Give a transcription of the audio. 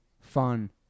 fun